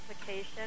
application